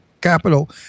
capital